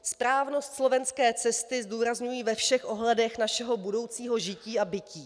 Správnost slovenské cesty zdůrazňují ve všech ohledech našeho budoucího žití a bytí.